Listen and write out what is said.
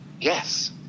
Yes